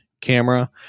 camera